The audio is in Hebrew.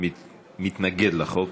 מתנגד לחוק.